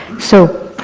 so,